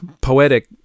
poetic